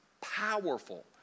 powerful